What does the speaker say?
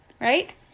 right